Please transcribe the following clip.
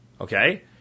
okay